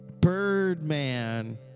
Birdman